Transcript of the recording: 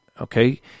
okay